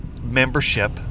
membership